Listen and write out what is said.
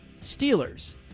steelers